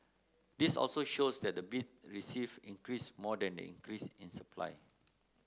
this also shows that the bids received increased more than the increase in supply